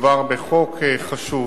מדובר בחוק חשוב,